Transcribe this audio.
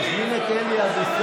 תזמין אותו אתה,